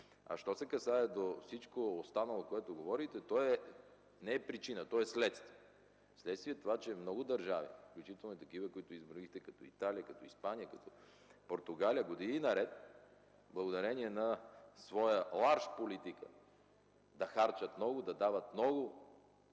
Що се касае до всичко останало, за което говорите, то не е причина, то е следствие. Следствие на това, че много държави, включително и такива, които изброихте като Италия, като Испания, като Португалия, години наред, благодарение на своята ларж политика – да харчат много, да дават много,